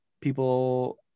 people